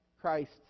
Christ